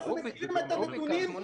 אנחנו מכירים את הנתונים,